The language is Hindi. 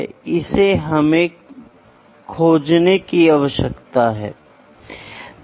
तो इसे प्राइमरी मेजरमेंट कहा जाता है